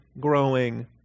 growing